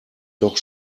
doch